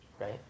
right